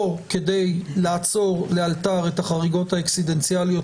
או כדי לעצור לאלתר את החריגות האקסידנטאליות